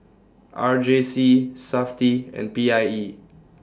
R J C Safti and P I E